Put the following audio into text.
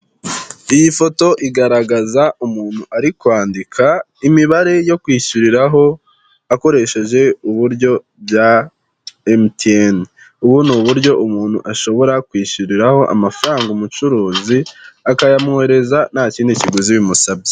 Iyi foto igaragaza umuntu ari kwandika imibare yo kwishyuriraho akoresheje uburyo bya MTN. Ubu ni uburyo umuntu ashobora kwishyuriraho amafaranga umucuruzi akayamwoherereza nta kindi kiguzi bimusabye.